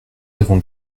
avons